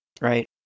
Right